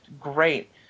great